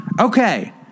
Okay